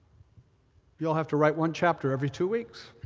you'll have to write one chapter every two weeks.